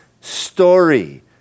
story